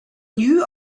knew